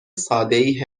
سادهای